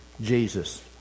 Jesus